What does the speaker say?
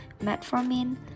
metformin